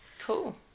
cool